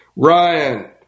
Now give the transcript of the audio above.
Ryan